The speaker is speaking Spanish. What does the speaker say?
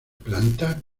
planta